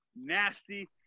nasty